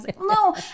no